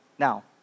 Now